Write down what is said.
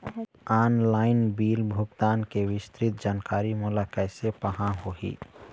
Online bill भुगतान के विस्तृत जानकारी मोला कैसे पाहां होही?